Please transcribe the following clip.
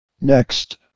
Next